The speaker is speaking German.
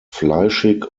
fleischig